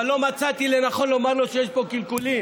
אבל לא מצאתי לנכון לומר לו שיש פה קלקולים.